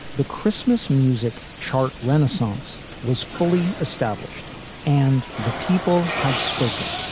the christmas music chart renaissance was fully established and the people had spoken